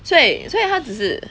所以所以他只是